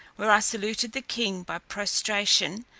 where i saluted the king by prostration,